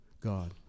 God